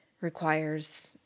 requires